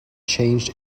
changed